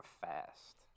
fast